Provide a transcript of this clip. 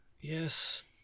yes